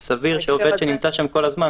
סביר שעובד שנמצא שם כל הזמן,